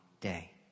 day